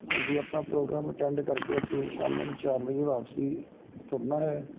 ਹਾਂਜੀ ਆਪਾਂ program attend ਕਰਕੇ ਅਸੀਂ ਸ਼ਾਮ ਨੂੰ ਚਾਰ ਵਜੇ ਵਾਪਸੀ ਤੁਰਨਾ ਹੈ